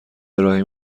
ارائه